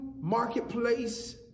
marketplace